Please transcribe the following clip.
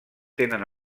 tenen